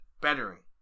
Bettering